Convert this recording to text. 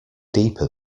deeper